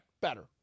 Better